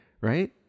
right